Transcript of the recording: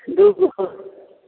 दू गो